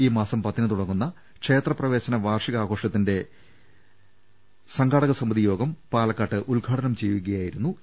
ഈ മാസം പത്തിന് തുട ങ്ങുന്ന ക്ഷേത്രപ്രവേശന വാർഷികാഘോഷത്തിന്റെ സംഘാടകസമിതി യോഗം പാലക്കാട്ട് ഉദ്ഘാടനം ചെയ്യുകയായിരുന്നു എ